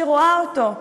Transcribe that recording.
שרואה אותו,